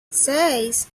seis